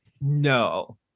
No